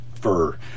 fur